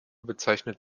bezeichnet